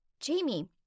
Jamie